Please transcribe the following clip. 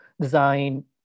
design